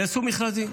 נעשו מכרזים,